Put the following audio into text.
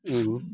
ᱤᱧ